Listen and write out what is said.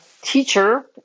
teacher